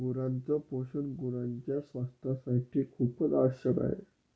गुरांच पोषण गुरांच्या स्वास्थासाठी खूपच आवश्यक आहे